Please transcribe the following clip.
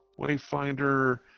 wayfinder